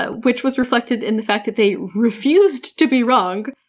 ah which was reflected in the fact that they refused to be wrong,